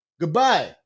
Goodbye